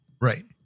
Right